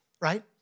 right